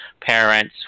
parents